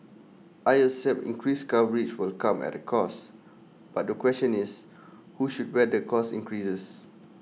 I accept increased coverage will come at A cost but the question is who should bear the cost increases